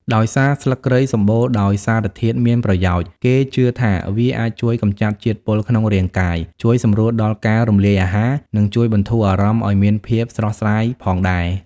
ដោយសារស្លឹកគ្រៃសម្បូរដោយសារធាតុមានប្រយោជន៍ គេជឿថាវាអាចជួយកម្ចាត់ជាតិពុលក្នុងរាងកាយ ជួយសម្រួលដល់ការរំលាយអាហារ និងជួយបន្ធូរអារម្មណ៍ឲ្យមានភាពស្រស់ស្រាយផងដែរ។